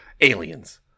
Aliens